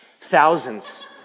thousands